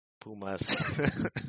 Pumas